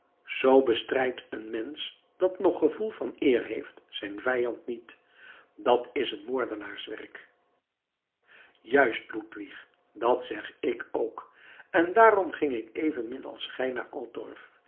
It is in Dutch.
z bestrijdt een mensch dat nog gevoel van eer heeft zijn vijand niet dat is een moordenaarswerk juist ludwig dat zeg ik ook en daarom ging ik evenmin als gij